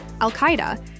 Al-Qaeda